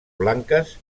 blanques